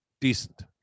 decent